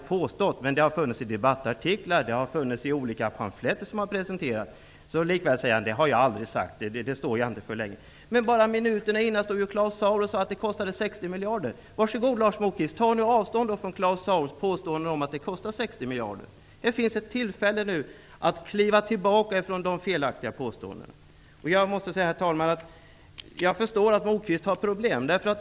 Uppgiften har funnits i debattartiklar och i olika pamfletter som har presenterats. Likväl säger Lars Moquist att han aldrig har sagt så och att han inte står för de uppgifterna. Bara några minuter tidigare sade ju Claus Zaar att flyktingmottagandet kostar 60 miljarder. Varsågod att ta avstånd från Claus Zaars påstående om att det kostar 60 miljarder, Lars Moquist! Här finns ett tillfälle att kliva tillbaka från de felaktiga påståendena. Herr talman! Jag förstår att Moquist har problem.